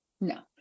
No